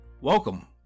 Welcome